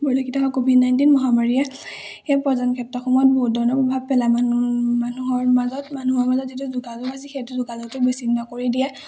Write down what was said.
পৰিলক্ষিত হয় covid nineteen মহামাৰীয়ে সেই পৰ্যটন ক্ষেত্ৰসমূহত বহুত ধৰণৰ প্ৰভাৱ পেলাই মানুহ মানুহৰ মাজত মানুহৰ মাজত যিটো যোগাযোগ আছে সেইটো যোগাযোগটো বিচ্চিন্ন কৰি দিয়ে